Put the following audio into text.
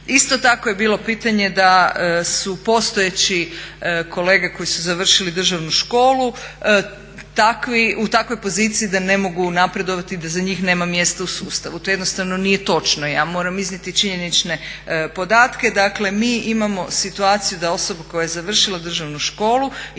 Isto tako je bilo pitanje da su postojeći kolege koji su završili državnu školu u takvoj poziciji da ne mogu napredovati, da za njih nema mjesta u sustavu. To jednostavno nije točno. Ja moram iznijeti činjenične podatke. Dakle, mi imamo situaciju da osoba koja je završila državnu školu ima